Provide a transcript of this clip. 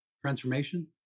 transformation